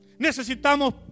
Necesitamos